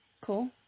Cool